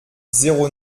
zéro